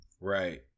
Right